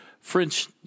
French